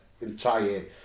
entire